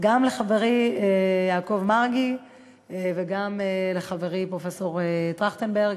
גם לחברי יעקב מרגי וגם לחברי פרופסור טרכטנברג.